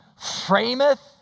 frameth